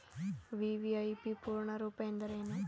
VVIP ಪೂರ್ಣ ರೂಪ ಎಂದರೇನು?